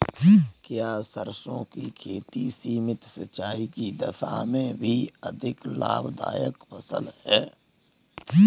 क्या सरसों की खेती सीमित सिंचाई की दशा में भी अधिक लाभदायक फसल है?